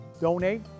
donate